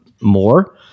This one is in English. more